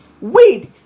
weed